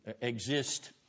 exist